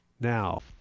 now